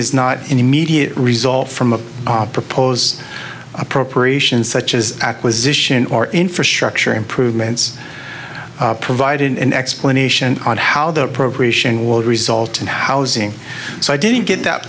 is not in immediate result from a proposed appropriation such as acquisition or infrastructure improvements provided an explanation on how the appropriation will result in housing so i didn't get that